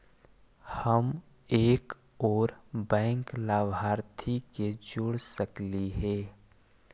हम एक और बैंक लाभार्थी के जोड़ सकली हे?